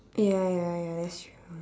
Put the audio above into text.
ya ya ya that's true